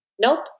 Nope